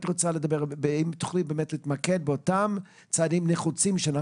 תוכלי להתמקד באותם צעדים נחוצים אחריהם אנחנו